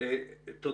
...